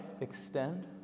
Extend